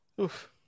Oof